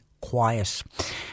quiet